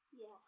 Yes